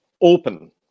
open